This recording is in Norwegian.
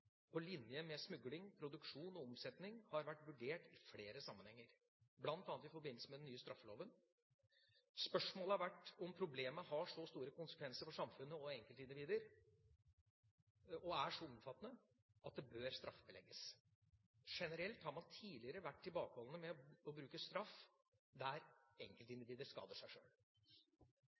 på linje med smugling, produksjon og omsetning har vært vurdert i flere sammenhenger, bl.a. i forbindelse med den nye straffeloven. Spørsmålet har vært om problemet har så store konsekvenser for samfunnet og enkeltindivider og er så omfattende at det bør straffebelegges. Generelt har man tidligere vært tilbakeholden med å bruke straff der enkeltindivider skader seg sjøl.